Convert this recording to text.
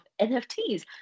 NFTs